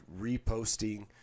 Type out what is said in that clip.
reposting